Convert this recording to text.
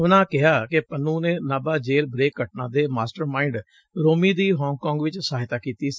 ਉਨਾਂ ਅੱਗੇ ਕਿਹਾ ਕਿ ਪੰਨੂੰ ਨੇ ਨਾਭਾ ਜੇਲੂ ਬਰੇਕ ਘਟਨਾ ਦੇ ਮਾਸਟਰਮਾਈਡ ਰੋਮੀ ਦੀ ਹੌਂਕਕੌਗ ਵਿੱਚ ਸਹਾਇਤਾ ਕੀਤੀ ਸੀ